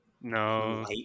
No